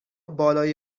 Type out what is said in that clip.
بالای